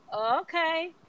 okay